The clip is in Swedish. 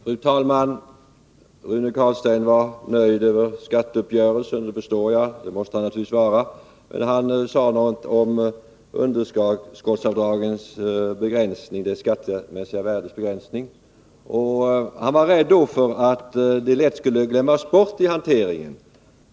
Fru talman! Rune Carlstein var nöjd med skatteuppgörelsen, och det förstår jag; det måste han naturligtvis vara. Han sade också något om begränsningen av underskottsavdragens skattemässiga värde och var rädd för att den lätt skulle glömmas bort i hanteringen.